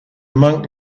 monk